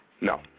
no